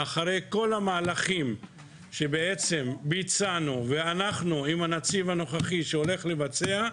אחרי כל המהלכים שביצענו עם הנציב הנוכחי ועוד נבצע,